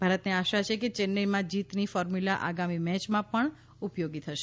ભારતને આશા છે કે ચેન્નઈમાં જીતની ફોર્મ્યુલા આગામી મેચમાં પણ ઉપયોગી થશે